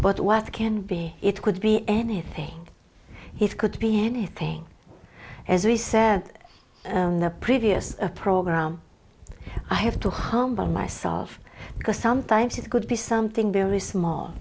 but what can be it could be anything it could be anything as we said in the previous program i have to humble myself because sometimes it could be something very small